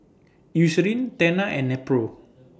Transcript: Eucerin Tena and Nepro